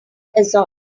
assault